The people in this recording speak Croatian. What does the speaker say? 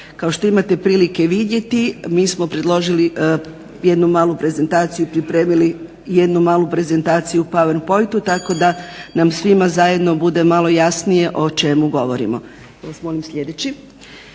Kao što imate prilike vidjeti mi smo predložili jednu malu prezentaciju pripremili u Power Pointu tako da nam svim zajedno bude malo jasnije o čemu govorimo.